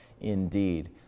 indeed